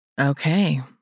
Okay